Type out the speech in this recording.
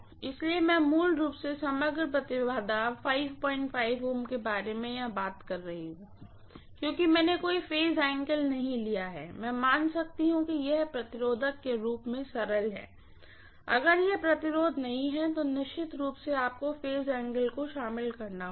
इसलिए मैं मूल रूप से समग्र इम्पीडेन्स Ω के बारे में यहां बात कर रही हूँ क्योंकि मैंने कोई फेज एंगल नहीं लिया गया है मैं मान सकती हूँ कि यह रेजिस्टेंस क के रूप में सरल है अगर यह रेजिस्टेंस नहीं है तो निश्चित रूप से आपको फेज एंगल को शामिल करना चाहिए